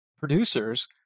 producers